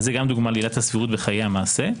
אז זו דוגמה לעילת הסבירות בחיי המעשה.